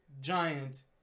giant